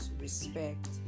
Respect